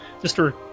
Mr